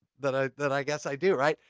that i that i guess i do, right?